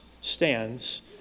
stands